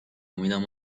امیدم